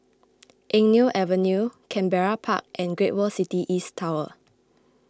Eng Neo Avenue Canberra Park and Great World City East Tower